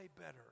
better